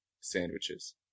Sandwiches